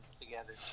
together